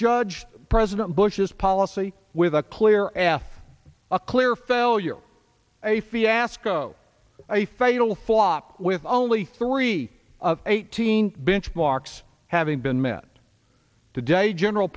judge president bush's policy with a clear after a clear failure a fiasco a fatal flop with only three of eighteen benchmarks having been met today general